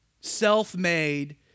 Self-made